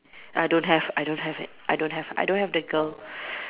I don't have I don't have it I don't have I don't have the girl